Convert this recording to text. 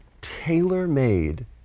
tailor-made